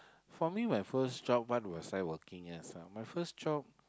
for me my first job what was I working as my first job